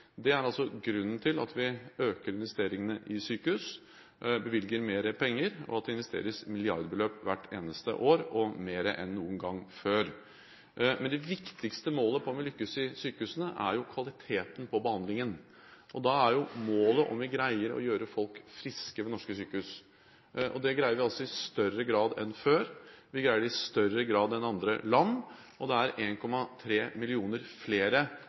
Det er altså grunnen til at vi øker investeringene i sykehus, bevilger mer penger, og at det investeres milliardbeløp hvert eneste år, og mer enn noen gang før. Men det viktigste målet på om vi lykkes i sykehusene, er kvaliteten på behandlingen. Da er målet om vi greier å gjøre folk friske ved norske sykehus. Det greier vi altså i større grad enn før, vi greier det i større grad enn andre land, og det er 1,3 millioner flere